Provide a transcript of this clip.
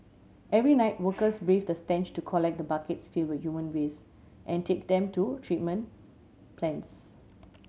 every night workers braved the stench to collect the buckets fill with human waste and take them to treatment plants